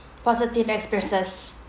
positive experiences